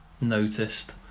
noticed